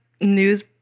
news